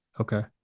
Okay